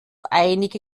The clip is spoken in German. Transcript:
einige